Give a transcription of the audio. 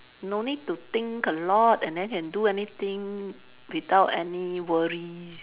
no need to think a lot and then can do anything without any worry